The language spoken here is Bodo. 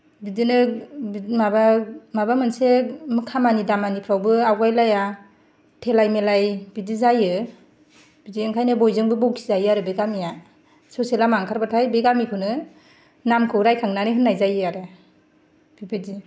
बिदिनो बिदि माबा माबा मोनसे खामानि दामानिफ्रावबो आवगायलाया थेलाय मेलाय बिदि जायो बिदि ओंखायनो बयजोंबो बखिजायो आरो बे गामिया ससे लामा ओंखारबाथाय बे गामिखौनो नामखौ रायखांनानै होननाय जायो आरो बेबायदि